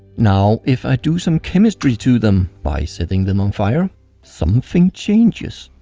now, if i do some chemistry to them by setting them on fire something changes.